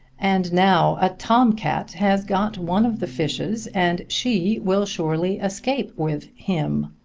and now a tomcat has got one of the fishes and she will surely escape with him.